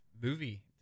movie